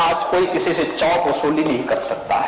आज कोई किसी से चौथ वसूली नहीं कर सकता है